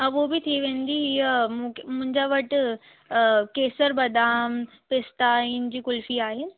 हा उहो बि थी वेंदी य मूंख मुंहिंजा वटि केसर बादाम पिस्ता इनजी कुल्फी आहे